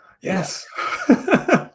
Yes